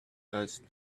touched